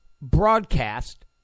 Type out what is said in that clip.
broadcast